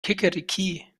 kikeriki